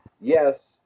yes